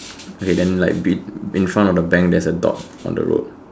okay then like bit in front of the bank there's a dog on the road